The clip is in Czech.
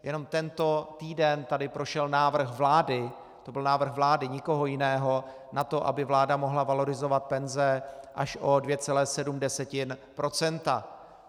Jenom tento týden tady prošel návrh vlády, to byl návrh vlády, nikoho jiného, na to, aby vláda mohla valorizovat penze až o 2,7 %.